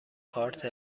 کارت